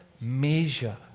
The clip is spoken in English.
measure